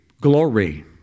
Glory